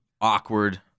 awkward